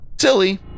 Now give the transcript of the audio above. Silly